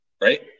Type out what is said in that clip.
right